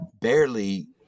barely